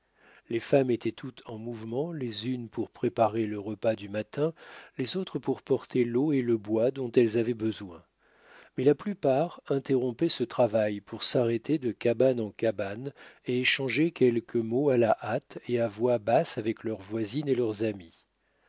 les femmes étaient toutes en mouvement les unes pour préparer le repas du matin les autres pour porter l'eau et le bois dont elle avaient besoin mais la plupart interrompaient ce travail pour s'arrêter de cabane en cabane et échanger quelques mots à la hâte et à voix basse avec leurs voisines et leurs amies